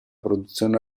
produzione